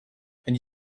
and